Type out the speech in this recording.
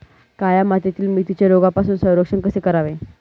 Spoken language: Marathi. काळ्या मातीतील मेथीचे रोगापासून संरक्षण कसे करावे?